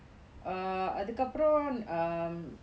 uh அதுக்கு அப்புறம்:athukku appuram um